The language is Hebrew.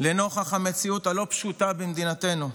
לנוכח המציאות הלא-פשוטה במדינתנו.